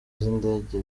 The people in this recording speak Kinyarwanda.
z’indege